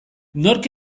nork